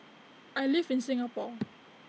I live in Singapore